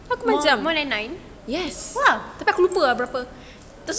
more more than mine !wah!